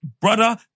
Brother